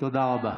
תודה רבה.